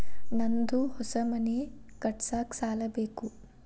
ನಂದು ಹೊಸ ಮನಿ ಕಟ್ಸಾಕ್ ಸಾಲ ಬೇಕು